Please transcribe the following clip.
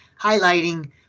highlighting